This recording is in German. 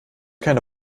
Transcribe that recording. keine